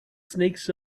snakes